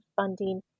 funding